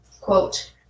quote